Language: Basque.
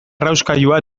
errauskailua